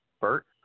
Bert